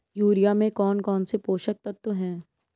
Urea में कौन कौन से पोषक तत्व है?